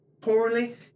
poorly